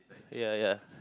ya ya